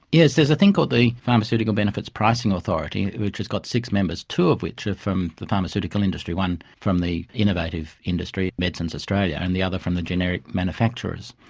yes, there's a thing called the pharmaceutical benefits pricing authority which has got six members, two of which are from the pharmaceutical industry, one from the innovative industry, medicines australia, and the other from the generic manufacturers.